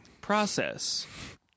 Process